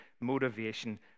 motivation